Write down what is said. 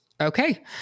Okay